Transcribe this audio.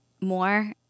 more